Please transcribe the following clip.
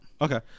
okay